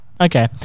okay